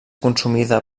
consumida